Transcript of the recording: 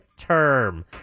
term